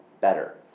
better